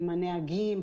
עם הנהגים,